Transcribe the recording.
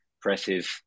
presses